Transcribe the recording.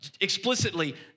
explicitly